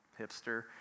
hipster